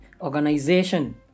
Organization